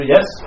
Yes